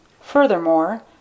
Furthermore